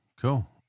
cool